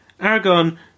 Aragon